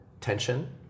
tension